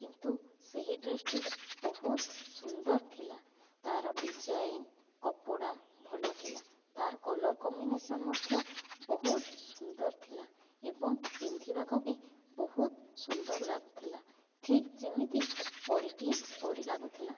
କିନ୍ତୁ ସେହି ଡ୍ରେସ୍ ଟି ବହୁତ ସୁନ୍ଦର ଥିଲା ତାର ଡିଜାଇନ କପଡ଼ା ଭଲ ଥିଲା ତାର କଲର୍ କମ୍ବିନେସନ ମଧ୍ୟ ବହୁତ ସୁନ୍ଦର ଥିଲା ଏବଂ ପିନ୍ଧିବାକୁ ବି ବହୁତ ସୁନ୍ଦର ଲାଗୁଥିଲା ଠିକ ଯେମିତି ପରି ଟିଏ ପରି ଲାଗୁଥିଲା